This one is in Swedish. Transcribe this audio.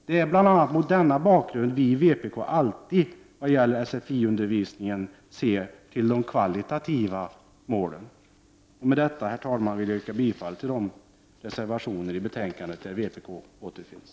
Det är bl.a. mot denna bakgrund som vi i vpk alltid ser till de kvalitativa målen när det gäller sfi-undervisningen. Med detta, herr talman, yrkar jag bifall till de reservationer till betänkandet som vpk står bakom.